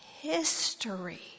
history